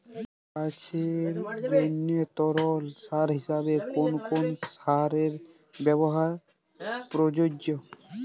গাছের জন্য তরল সার হিসেবে কোন কোন সারের ব্যাবহার প্রযোজ্য?